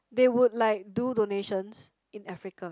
they would like do donations in Africa